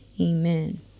Amen